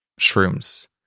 shrooms